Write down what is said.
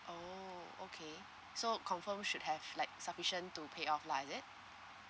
oh okay so confirm should have like sufficient to pay off lah is it